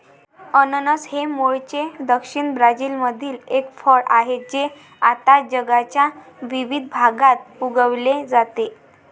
अननस हे मूळचे दक्षिण ब्राझीलमधील एक फळ आहे जे आता जगाच्या विविध भागात उगविले जाते